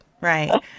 right